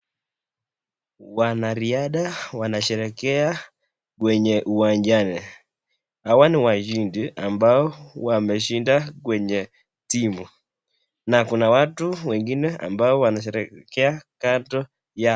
Wanariadha wanasherehekea kwenye uwanja hawa ni washindi ambao wameshinda kwenye timu na kuna watu wengine ambao wanasherehekea kando yao.